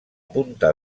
punta